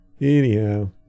Anyhow